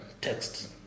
text